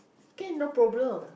can no problem